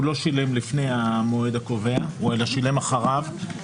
הוא לא שילם לפני המועד הקובע אלא שילם אחריו,